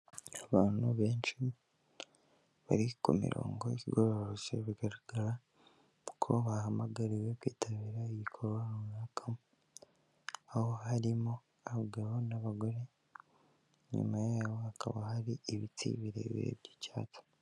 Abantu benshi bari k'umirongo igororotse, bigaragara ko bahamagariwe kwitabira igikorwa runaka, aho harimo abagabo n'abagore, inyuma yabo hakaba hari ibiti birebire by'icyatsi.